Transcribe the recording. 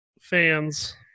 fans